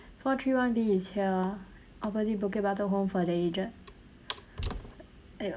four three one B is here ah opposite bukit-batok home for the aged !aiyo!